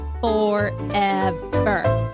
Forever